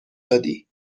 دادی